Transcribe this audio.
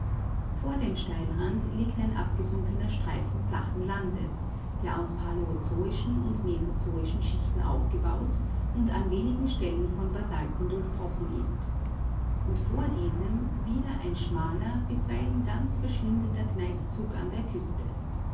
vor dem steilrand liegt ein abgesunkener streifen flachen landes der aus paläozoischen und mesozoischen schichten aufgebaut und an wenigen stellen von basalten durchbrochen ist und vor diesem wieder ein schmaler bisweilen ganz verschwindender gneiszug an der küste